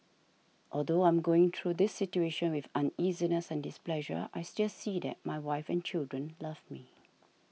although I'm going through this situation with uneasiness and displeasure I still see that my wife and children love me